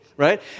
right